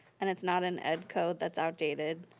and it's not an ed code that's outdated.